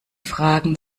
fragen